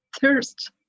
thirst